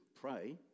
pray